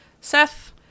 Seth